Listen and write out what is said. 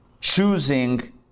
choosing